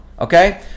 Okay